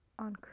on